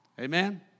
Amen